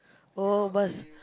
all of us